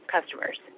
customers